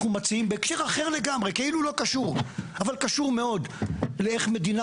אנחנו מציעים בהקשר אחר לגמרי כאילו לא קשור אבל קשור מאוד לאיך מדינה